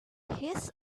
his